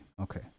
okay